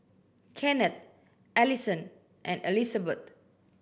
Kenneth Alison and Elizbeth